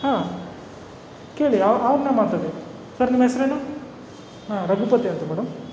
ಹಾಂ ಕೇಳಿ ಅವ ಅವ್ರನ್ನ ಮಾತಾಡಿ ಸರ್ ನಿಮ್ಮ ಹೆಸ್ರೇನು ಹಾಂ ರಘುಪತಿ ಅಂತ ಮೇಡಮ್